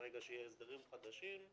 ברגע שיהיו הסדרים חדשים,